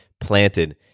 planted